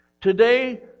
Today